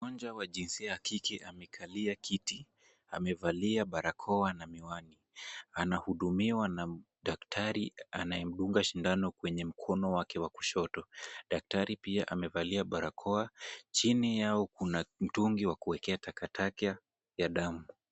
Mgonjwa wa jinsia ya kike amekalia kiti, amevalia barakoa na miwani, anahudumiwa na daktari anayemdunga sindano kwenye mkono wake wa kushoto. Daktari pia amevalia barakoa. Chini yao kuna mtungi wa kuwekea takataka ya damu.